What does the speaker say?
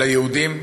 ליהודים,